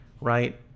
right